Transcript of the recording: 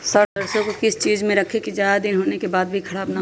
सरसो को किस चीज में रखे की ज्यादा दिन होने के बाद भी ख़राब ना हो?